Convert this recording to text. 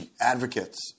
advocates